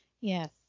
Yes